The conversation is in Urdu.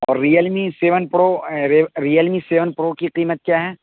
اور ریئل می سیون پرو رے ریئل می سیون پرو کی قیمت کیا ہے